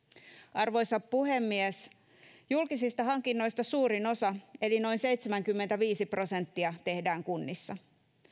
arvoisa puhemies julkisista hankinnoista suurin osa eli noin seitsemänkymmentäviisi prosenttia tehdään kunnissa